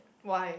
why